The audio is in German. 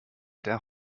der